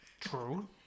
True